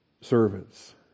servants